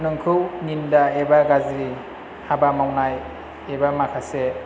नोंखौ निन्दा एबा गाज्रि हाबा मावनाय एबा माखासे